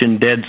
dead